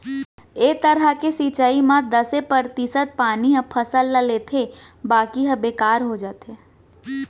ए तरह के सिंचई म दसे परतिसत पानी ह फसल ल लेथे बाकी ह बेकार हो जाथे